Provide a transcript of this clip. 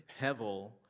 hevel